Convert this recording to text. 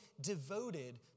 devoted